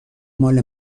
مال